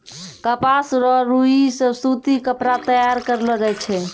कपास रो रुई से सूती कपड़ा तैयार करलो जाय छै